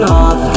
off